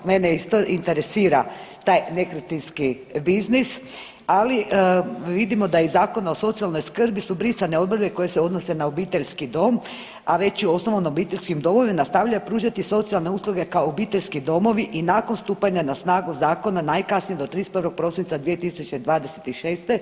Mene isto interesira taj nekretninski biznis, ali vidimo da u Zakonu o socijalnoj skrbi su brisane odredbe koje se odnose na obiteljski dom, a već u osnovanim obiteljskim domovima nastavljaju pružati socijalne usluge kao obiteljski domovi i nakon stupanja na snagu zakona najkasnije do 31. prosinca 2026.